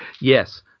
yes